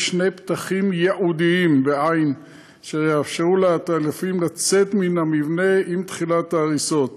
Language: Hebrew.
שני פתחים ייעודיים שיאפשרו לעטלפים לצאת מן המבנה עם תחילת ההריסות.